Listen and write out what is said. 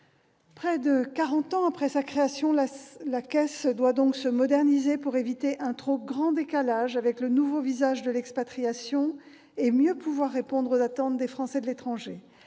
Près de quarante ans après sa création, la Caisse doit donc se moderniser pour éviter un trop grand décalage avec le nouveau visage de l'expatriation et pour mieux répondre aux attentes des Français de l'étranger.